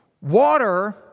Water